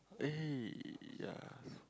eh yeah